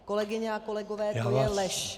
Kolegyně a kolegové, to je lež.